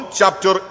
chapter